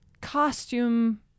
costume